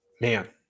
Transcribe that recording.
man